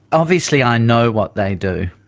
obviously i know what they do.